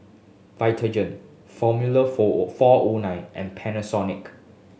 Vitagen Formula Four Four O Nine and Panasonic